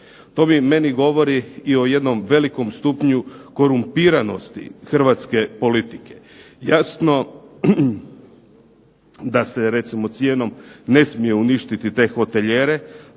To meni govori i o jednom velikom stupnju korumpiranosti hrvatske politike. Jasno da se recimo cijenimo ne smije uništiti te hotelijere,